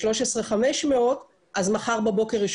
ל-13,500 אז מחר בבוקר ישחררו 500 אנשים.